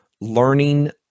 learning